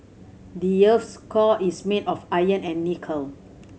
the earth's core is made of iron and nickel